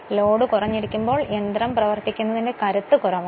load കുറഞ്ഞിരിക്കുമ്പോൾ യന്ത്രം പ്രവർത്തിക്കുന്നതിന്റെ കരുത്ത് കുറവാണ്